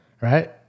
Right